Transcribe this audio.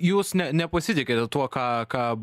jūs ne nepasitikite tuo ką ką